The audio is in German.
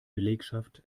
belegschaft